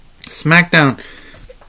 SmackDown